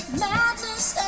madness